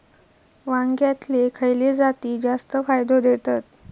वांग्यातले खयले जाती जास्त फायदो देतत?